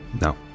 No